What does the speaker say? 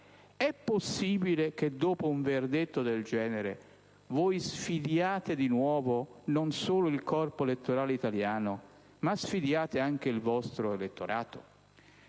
È possibile che dopo un verdetto del genere voi sfidiate di nuovo non solo il corpo elettorale italiano, ma anche il vostro elettorato?